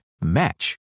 match